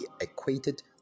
equated